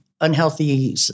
unhealthy